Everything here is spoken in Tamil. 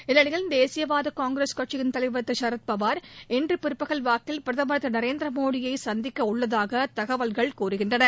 இந்நிலையில் தேசியவாத காங்கிரஸ் கட்சியின் தலைவர் திரு சரத்பவார் இன்று பிற்பகல் வாக்கில் பிரதமா் திரு நரேந்திரமோடியை சந்திக்க உள்ளதாக தகவல்கள் கூறுகின்றன